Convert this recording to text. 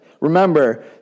Remember